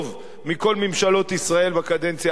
מבכל ממשלות ישראל, בקדנציה האחרונה,